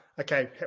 Okay